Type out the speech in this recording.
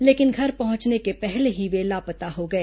लेकिन घर पहुंचने के पहले ही वे लापता हो गए